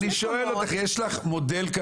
אני שואל אותך, יש לך מודל?